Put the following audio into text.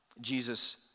Jesus